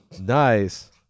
Nice